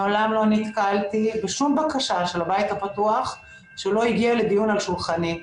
ומעולם לא נתקלתי בשום בקשה של הבית הפתוח שלא הגיעה לדיון אל שולחני.